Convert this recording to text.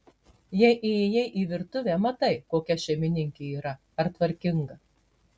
jei įėjai į virtuvę matai kokia šeimininkė yra ar tvarkinga